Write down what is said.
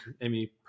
Amy